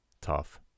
tough